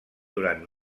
durant